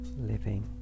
living